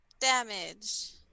Damage